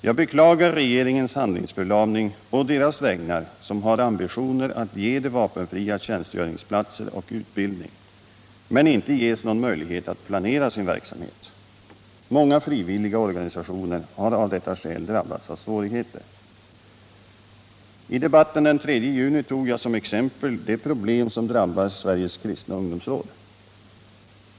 Jag beklagar regeringens handlingsförlamning å deras vägnar som har ambitioner att ge de vapenfria tjänstgöringsplatser och utbildning men som inte ges någon möjlighet att planera sin verksamhet. Många frivilliga organisationer har av detta skäl drabbats av svårigheter. I debatten den 3 juni tog jag som exempel de problem som drabbar Sveriges kristna ungdomsråd.